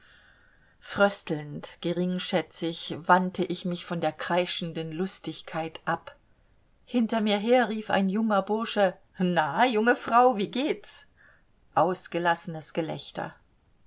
fröstelnd geringschätzig wandte ich mich von der kreischenden lustigkeit ab hinter mir her rief ein junger bursche na junge frau wie geht's ausgelassenes gelächter